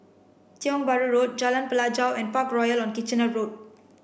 Tiong Bahru Road Jalan Pelajau and Parkroyal on Kitchener Road